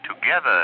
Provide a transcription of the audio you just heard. together